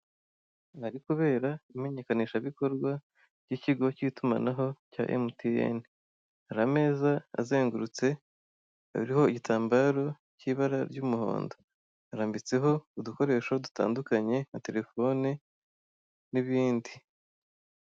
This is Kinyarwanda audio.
Ahari kubera imenyekanishabikorwa by'ikigo k'itumanaho cya MTN, hari ameza azengurutse ariho igitambaro k'ibara ry'umuhondo, arambitseho udukoresho dutandukanye nka terefone n'ibindi.